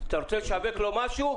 אתה רוצה לשווק לו משהו,